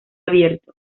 abierto